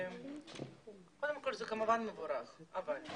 קודם כל, זה כמובן מבורך אבל.